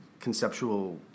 conceptual